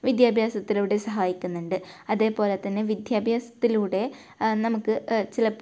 വിദ്യാഭ്യാസത്തിലൂടെ സഹായിക്കുന്നുണ്ട് അതേപോലെ തന്നെ വിദ്യാഭ്യാസത്തിലൂടെ നമുക്ക് ചില